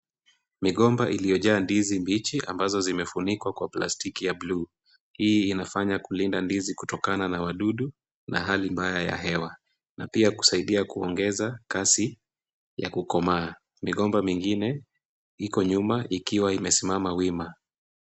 Migomba iliyojaa ndizi mbichi ambazo zimefinikwa kwa plastiki ya buluu. Hii inafanya kulinda ndizi kutokana na wadudu na hali mbaya ya hewa na pia kusaidia kuongeza kasi ya kukomaa. Migomba mingine iko nyuma ikiwa imesimama wima.